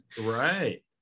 Right